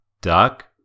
duck